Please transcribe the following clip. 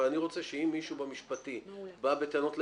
אבל אני רוצה שאם מישהו במשפטי בא בטענות לעירייה,